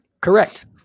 Correct